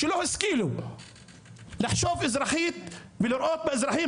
שלא השכילו לחשוב אזרחית ולראות באזרחים